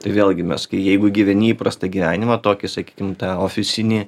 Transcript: vėlgi mes kai jeigu gyveni įprastą gyvenimą tokį sakykim tą ofisinį